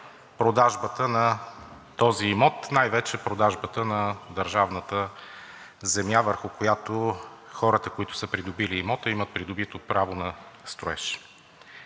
продажбата на този имот, най-вече продажбата на държавната земя, върху която хората, които са придобили имота, имат придобито право на строеж.